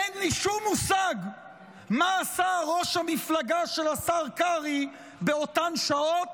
אין לי שום מושג מה עשה ראש המפלגה של השר קרעי באותן שעות,